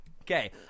Okay